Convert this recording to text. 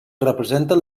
representen